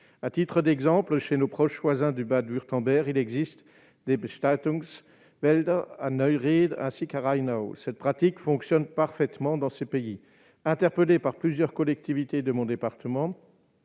à titre d'exemple chez nos proches voisins du Bade Würtemberg, il existe des Budgets mais elle Hanoï ainsi à Reynaud cette pratique fonctionne parfaitement dans ce pays, interpellé par plusieurs collectivités de mon département